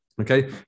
Okay